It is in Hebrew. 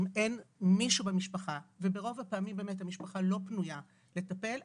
אם אין מישהו במשפחה וברוב הפעמים המשפחה לא פנויה לטפל בהם,